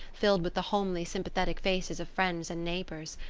filled with the homely, sympathetic faces of friends and neighbors.